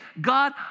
God